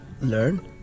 learn